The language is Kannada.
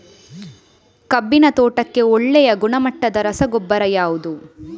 ಕಬ್ಬಿನ ತೋಟಕ್ಕೆ ಒಳ್ಳೆಯ ಗುಣಮಟ್ಟದ ರಸಗೊಬ್ಬರ ಯಾವುದು?